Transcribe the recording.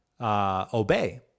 Obey